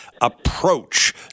approach